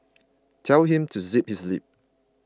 tell him to zip his lip